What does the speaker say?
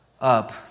up